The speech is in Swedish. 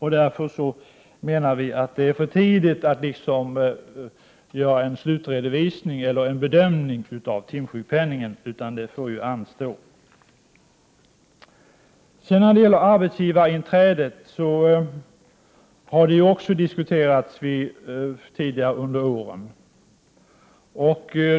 Det är alltså för tidigt att liksom göra en slutredovisning eller bedömning av timsjukpenningen, utan det får anstå. Arbetsgivarinträdet har också diskuterats tidigare under åren.